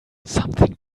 something